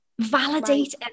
validate